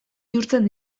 bihurtzen